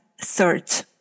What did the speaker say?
search